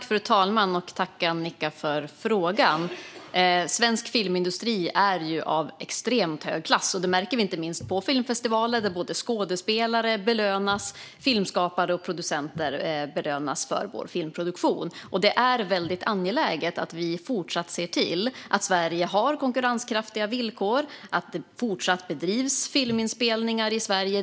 Fru talman! Tack, Annicka, för frågan! Svensk filmindustri är av extremt hög klass. Det märker vi inte minst på filmfestivaler där skådespelare, filmskapare och producenter belönas för vår filmproduktion. Det är väldigt angeläget att vi även fortsättningsvis ser till att Sverige har konkurrenskraftiga villkor och att det även fortsatt bedrivs filminspelningar i Sverige.